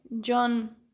John